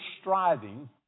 striving